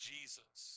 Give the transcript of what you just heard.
Jesus